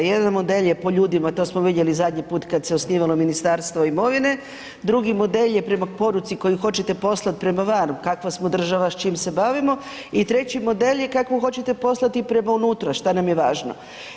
Jedan model je po ljudima, to smo vidjeli zadnji puta kad se osnivalo Ministarstvo imovine, drugi model je prema poruci koju hoćete poslati prema van, kakva smo država, s čime se bavimo i treća model je kakvu hoćete poslati prema unutra, što nam je važno.